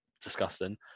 disgusting